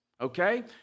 okay